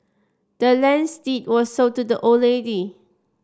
the land's deed was sold to the old lady